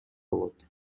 болот